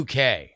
UK